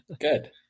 good